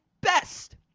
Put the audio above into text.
best